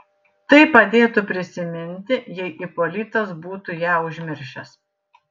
tai padėtų prisiminti jei ipolitas būtų ją užmiršęs